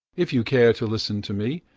if you care to listen to me,